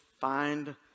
find